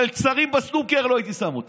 מלצרים בסנוקר לא הייתי שם אותם.